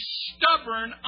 stubborn